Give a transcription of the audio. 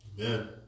Amen